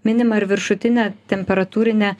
minimą ir viršutinę temperatūrinę